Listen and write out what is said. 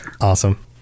Awesome